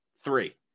three